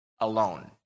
alone